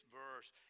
verse